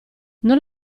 non